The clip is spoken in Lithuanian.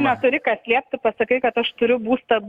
neturi ką slėpt pasakai kad aš turiu būstą